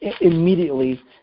immediately